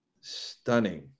stunning